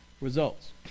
Results